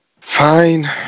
Fine